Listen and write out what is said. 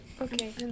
Okay